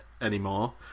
anymore